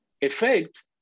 effect